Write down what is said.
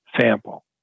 sample